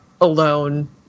alone